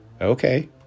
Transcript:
Okay